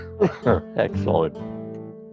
Excellent